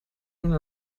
even